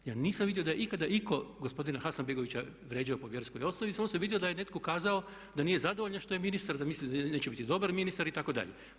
Ja nisam vidio da je ikada itko gospodina Hasanbegovića vrijeđao po vjerskoj osobi, samo sam vidio da je netko kazao da nije zadovoljan što je ministar, da misli da neće biti dobar ministar itd.